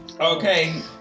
Okay